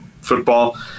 football